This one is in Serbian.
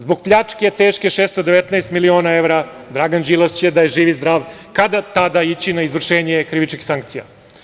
Zbog pljačke teške 619 miliona evra, Dragan Đilas će, da je živ i zdrav, kada, tada ići na izvršenje krivičnih sankcija.